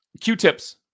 q-tips